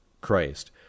Christ